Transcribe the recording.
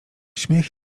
śmiech